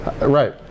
right